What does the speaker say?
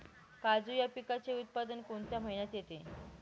काजू या पिकाचे उत्पादन कोणत्या महिन्यात येते?